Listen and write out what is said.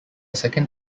second